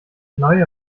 neue